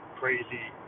crazy